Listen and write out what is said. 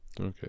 Okay